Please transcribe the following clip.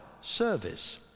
service